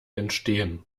entstehen